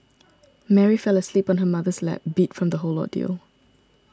Mary fell asleep on her mother's lap beat from the whole ordeal